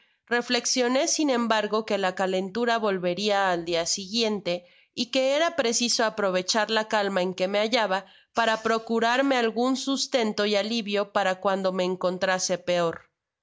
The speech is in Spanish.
rellloxioné sin embargo que la calentura volveria al dia siguiente y que era preciso aprovecharla calma en que me hallaba para procu rarme algun sustento y alivio para cuando me encontrase peor